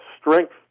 strength